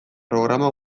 programa